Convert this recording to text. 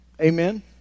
Amen